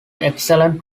excellent